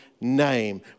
name